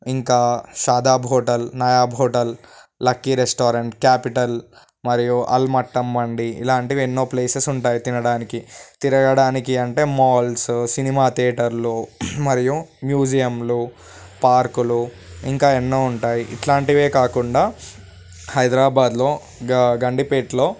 ఇంకా Shadab hotel Nayab hotel lucky restaurant capital మరియు ఆల్మట్టం మండి ఇలాంటివన్నీ ఎన్నో ప్లేసెస్ ఉంటాయి తినడానికి తిరగడానికి అంటే మాల్స్ సినిమా థియేటర్లు మరియు మ్యూజియంలు పార్కులు ఇంకా ఎన్నో ఉంటాయి ఇట్లాంటివే కాకుండా హైదరాబాదులో గం గండిపేటలో